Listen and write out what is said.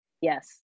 yes